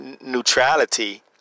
neutrality